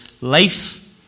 life